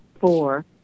four